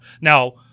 Now